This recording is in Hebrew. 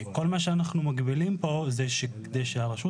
כל מה שאנחנו מגבילים פה זה כדי שהרשות